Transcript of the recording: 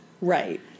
Right